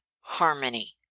harmony